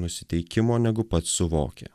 nusiteikimo negu pats suvokė